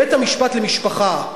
בית-המשפט למשפחה,